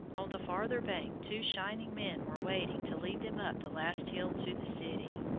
on the farther bank two shining men were waiting to lead them up the last hill to the city.